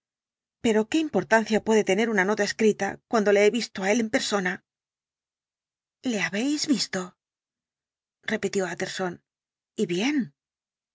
pero qué importancia puede tener una nota escrita cuando le he visto á él en persona le habéis visto repitió utterson y bien